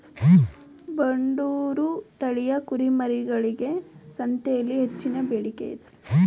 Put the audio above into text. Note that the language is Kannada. ಬಂಡೂರು ತಳಿಯ ಕುರಿಮರಿಗಳಿಗೆ ಸಂತೆಯಲ್ಲಿ ಹೆಚ್ಚಿನ ಬೇಡಿಕೆ ಇದೆ